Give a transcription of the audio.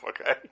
okay